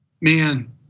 man